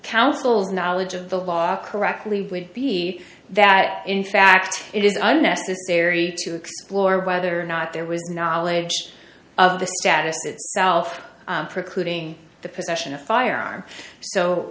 counsel's knowledge of the law correctly would be that in fact it is unnecessary to explore whether or not there was knowledge of the status of precluding